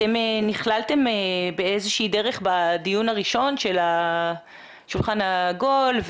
אתם נכללתם באיזושהי דרך בדיון הראשון של השולחן העגול?